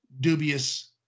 dubious